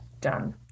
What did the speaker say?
done